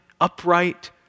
upright